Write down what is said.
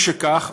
משכך,